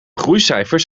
groeicijfers